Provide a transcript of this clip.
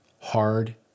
hard